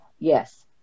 Yes